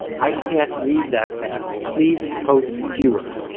i can't read that fast. please post fewer.